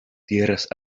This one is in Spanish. tierras